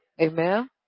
amen